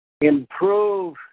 improve